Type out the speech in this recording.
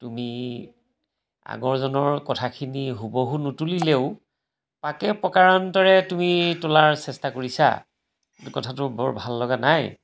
তুমি আগৰজনৰ কথাখিনি হুবহু নুতুলিলেও পাকে প্ৰকাৰন্তৰে তুমি তোলাৰ চেষ্টা কৰিছা কথাটো বৰ ভাল লগা নাই